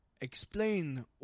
Explain